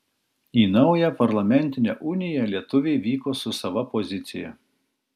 į naują parlamentinę uniją lietuviai vyko su sava pozicija